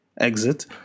exit